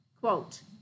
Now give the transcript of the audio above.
quote